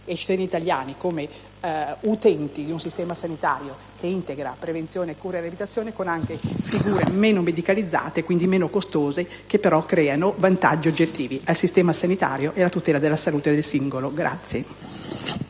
e ai cittadini, come utenti di un sistema sanitario che integra prevenzione, cura e riabilitazione, figure meno medicalizzate e meno costose che però creano vantaggi oggettivi al sistema sanitario e alla tutela della salute del singolo.